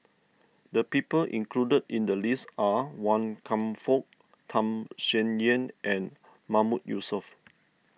the people included in the list are Wan Kam Fook Tham Sien Yen and Mahmood Yusof